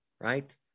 right